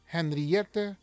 Henriette